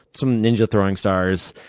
some ninja throwing stars.